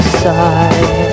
side